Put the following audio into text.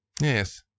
Yes